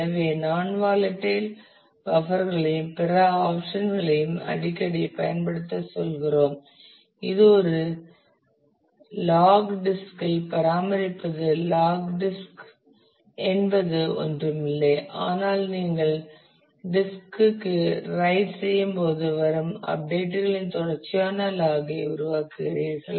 எனவே non volatile buffer களையும் பிற ஆப்சன்களையும் அடிக்கடி பயன்படுத்த சொல்கிறோம் இது ஒரு லாக் டிஸ்க் இல் பராமரிப்பது லாக் டிஸ்க் என்பது ஒன்றுமில்லை ஆனால் நீங்கள் டிஸ்க் க்கு ரைட் செய்யும்போது வரும் அப்டேட் களின் தொடர்ச்சியான லாக் ஐ உருவாக்குகிறீர்கள்